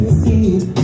see